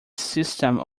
system